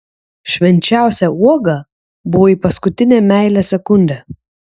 švenčiausia uoga buvai paskutinę meilės sekundę